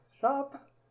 shop